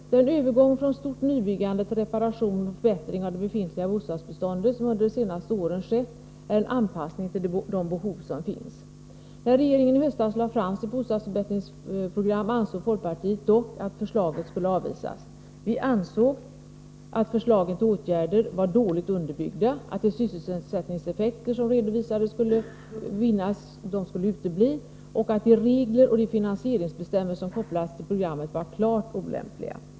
Den övergång från ett omfattande nybyggande till reparation och förbättring av det befintliga bostadsbeståndet som under de senaste åren skett innebär en anpassning till de behov som finns. När regeringen i höstas lade fram sitt bostadsförbättringsprogram ansåg vi dock i folkpartiet att regeringens förslag skulle avvisas. Vi menade att förslagen till åtgärder var dåligt underbyggda, att de sysselsättningseffekter skulle utebli som, enligt vad man redovisade, skulle uppnås och att de regler och de finansieringsbestämmelser som kopplats till programmet var klart olämpliga.